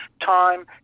time